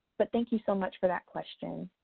but thank you so much for that question.